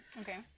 Okay